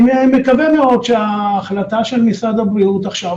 אני מקווה מאוד שההחלטה של משרד הבריאות עכשיו,